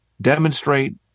demonstrate